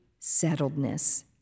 settledness